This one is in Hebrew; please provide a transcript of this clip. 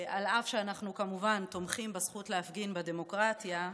על אף שאנחנו כמובן תומכים בזכות להפגין בדמוקרטיה,